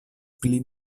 pli